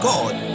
God